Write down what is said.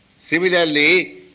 Similarly